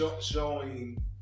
showing